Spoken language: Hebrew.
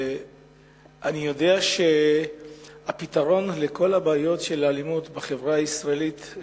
אני יודע שהפתרון לכל הבעיות של האלימות בחברה הישראלית,